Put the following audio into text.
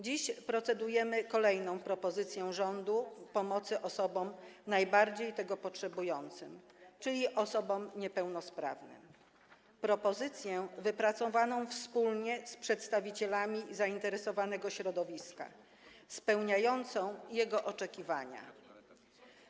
Dziś procedujemy nad kolejną propozycją rządu pomocy osobom najbardziej tego potrzebującym, czyli osobom niepełnosprawnym, propozycją wypracowaną wspólnie z przedstawicielami zainteresowanego środowiska, spełniającą jego oczekiwania.